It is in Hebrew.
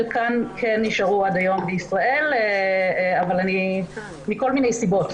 חלקם כן נשארו עד היום בישראל מכל מיני סיבות.